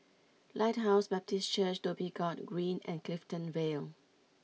Lighthouse Baptist Church Dhoby Ghaut Green and Clifton Vale